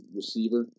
receiver